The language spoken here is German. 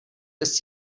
ist